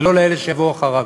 ולא לאלה שיבואו אחריו,